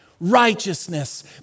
righteousness